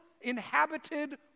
inhabited